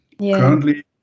Currently